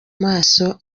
maso